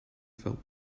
felt